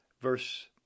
verse